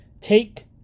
take